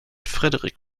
frederik